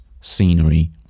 scenery